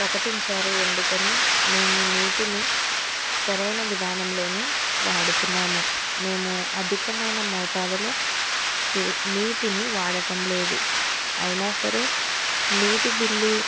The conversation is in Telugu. ప్రకటించారు ఎందుకని మేము నీటిని సరైన విధానంలోనే వాడుతున్నాము మేము అధికమైన మోతాదులో నీటిని వాడటం లేదు అయినా సరే నీటి బిల్లు